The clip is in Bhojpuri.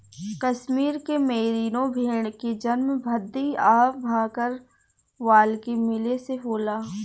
कश्मीर के मेरीनो भेड़ के जन्म भद्दी आ भकरवाल के मिले से होला